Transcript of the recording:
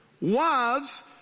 Wives